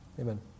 Amen